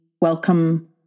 welcome